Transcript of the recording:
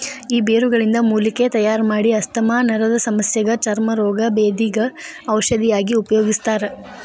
ಈ ಬೇರುಗಳಿಂದ ಮೂಲಿಕೆ ತಯಾರಮಾಡಿ ಆಸ್ತಮಾ ನರದಸಮಸ್ಯಗ ಚರ್ಮ ರೋಗ, ಬೇಧಿಗ ಔಷಧಿಯಾಗಿ ಉಪಯೋಗಿಸ್ತಾರ